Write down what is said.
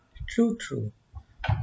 true true